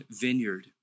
vineyard